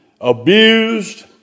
abused